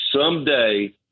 someday